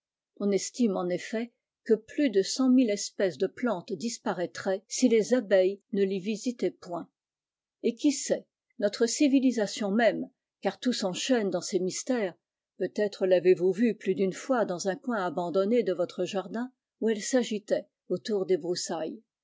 on estime en effet que plus de cent mille espèces de plantes disparaîtraient si les abeilles ne les visitaient point et qui sait notre civilisation môme car tout s'enchaîne dans ces mystères peut-être tavez vous vue plus d'une fois dans jin coin abandonné de votre jardin où elle s'agitait autour des broussailles